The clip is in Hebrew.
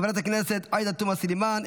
חברת הכנסת עאידה תומא סלימאן,